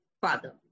father